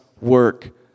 work